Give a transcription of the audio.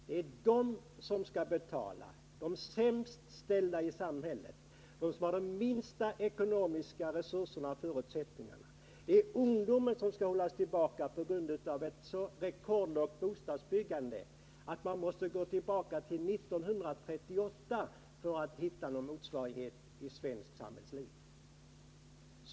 Det är de som skall betala — de sämst ställda i samhället, de som har de minsta ekonomiska resurserna och förutsättningarna. Det är ungdomen som skall hållas tillbaka på grund av ett så rekordlågt bostadsbyggande att man måste gå tillbaka till 1938 för att hitta någon motsvarighet i svenskt samhällsliv.